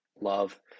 love